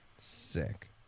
Sick